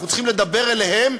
אנחנו צריכים לדבר אליהם,